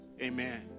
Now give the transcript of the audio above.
Amen